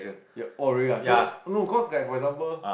ya oh really ah so no cause like for example